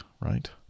right